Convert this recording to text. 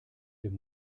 dem